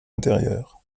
intérieure